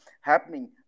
happening